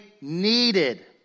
needed